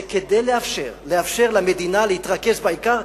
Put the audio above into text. זה כדי לאפשר למדינה להתרכז בעיקר,